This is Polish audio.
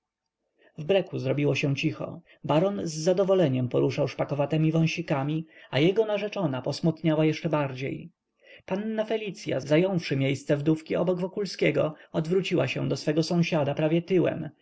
w breku zrobiło się cicho baron z zadowoleniem poruszał szpakowatemi wąsikami a jego narzeczona posmutniała jeszcze bardziej panna felicya zająwszy miejsce wdówki obok wokulskiego odwróciła się do swego sąsiada prawie tyłem